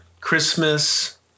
Christmas